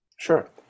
Sure